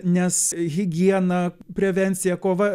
nes higiena prevencija kova